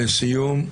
לסיום.